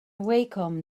wacom